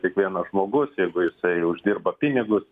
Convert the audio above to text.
kiekvienas žmogus jeigu jisai uždirba pinigus